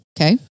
Okay